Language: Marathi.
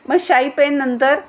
मग शाई पेननंतर